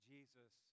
Jesus